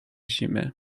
zimy